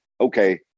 okay